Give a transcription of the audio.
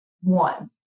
One